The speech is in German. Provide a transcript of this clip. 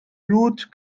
blut